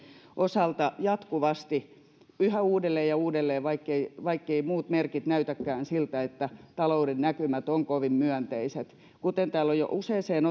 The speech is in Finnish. osalta jatkuvasti yhä uudelleen ja uudelleen vaikkeivät muut merkit näytäkään siltä että talouden näkymät olisivat kovin myönteiset kuten täällä on jo useaan